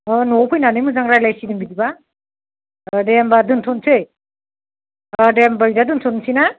न'आव फैनानै मोजां रायज्लायसिगोन बिदिबा दे होनबा दोन्थ'नोसै अ दे होनबा दोन्थ'नोसै ना